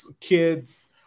kids